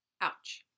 Ouch